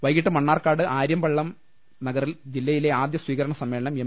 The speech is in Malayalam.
വൈകീട്ട് മണ്ണാർക്കാട് ആര്യപള്ളം നഗറിൽ ജില്ലയിലെ ആദ്യ സ്വീകരണ സമ്മേളനം എം